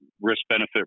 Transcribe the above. risk-benefit